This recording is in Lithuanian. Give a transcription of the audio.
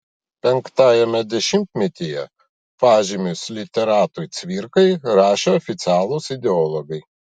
penktajame dešimtmetyje pažymius literatui cvirkai rašė oficialūs ideologai